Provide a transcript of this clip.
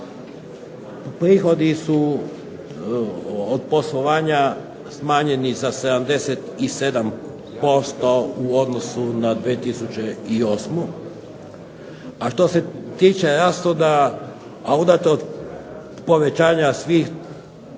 Prihodi su od poslovanja smanjeni za 77% u odnosu na 2008. a što se tiče rashoda a unatoč povećanja svih troškova